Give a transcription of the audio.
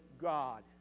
God